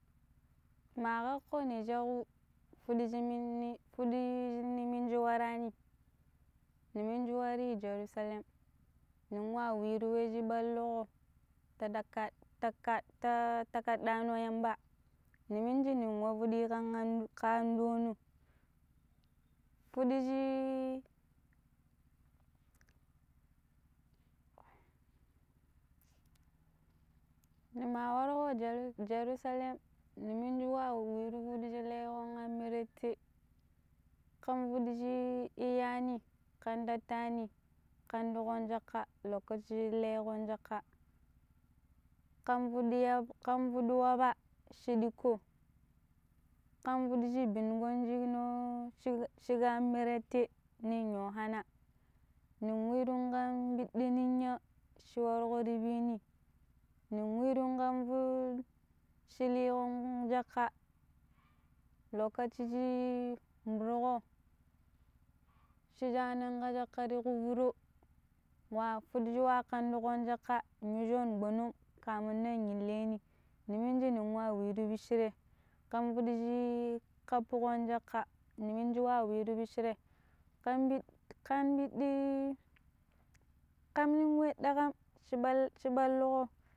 Maa kakko ni shau fuddi shi niminji fuddi shi niminji warani niminji wuri ii Jerusalem. ninwa wirui wei shi balluƙo tadaka-taka-ta-taƙada no Yamba, ni minji ni wafuddi ka ando ka ando no fuddi shi nima warko Jer-Jerusalem niminji wa wiru pidiji leƙƙon Anmirrette ƙan pidiji iyani ƙan tattani ƙanduƙo jakka lokaci leƙƙo jakka kan pudiya ƙan putiyoba shi dikko ƙan pudishi biniƙo shikno shik shik anmirreette nin Yohanna nin wiru kan biddin ninya shi warƙo ti bini nin wirun ƙan foƙ shi liƙon jakka lokaci shi murƙo sha shannan jakka to ƙu furu nuwa fudu nwa kaɗuƙon jakka yuwa shono gɓonom kafin nan nin inlemi ni minji n wa wireni bishire ƙan kudishi kafuƙon jaka ka niminji wa wiru bishire kam ɓi ƙam ɓiɗi kan we daƙam shi bal-balluƙo